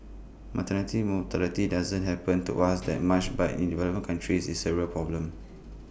maternity mortality doesn't happen to us that much but in developing countries IT is A real problem